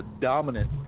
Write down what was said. dominant